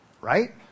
Right